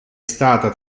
stata